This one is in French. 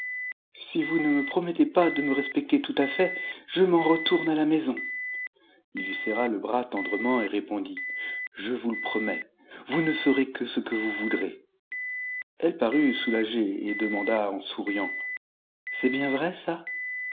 si vous ne me promettez pas de me respecter tout à fait je m'en retourne à la maison il lui serra le bras tendrement et répondit je vous le promets vous ne ferez que ce que vous voudrez elle parut soulagée et demanda en souriant c'est bien vrai ça